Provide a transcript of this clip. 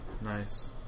Nice